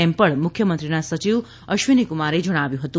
તેમ પણ મુખ્યમંત્રીના સચિવ અશ્વિની કુમારે જણાવ્યું હતું